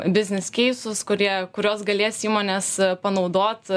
biznis keisus kurie kurios galės įmonės panaudot